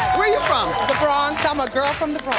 where you from? the bronx, i'm a girl from the